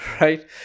right